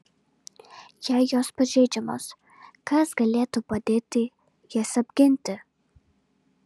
jei jos pažeidžiamos kas galėtų padėti jas apginti